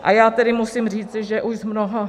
A já tedy musím říci, že už s mnoha...